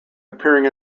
appearing